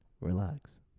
relax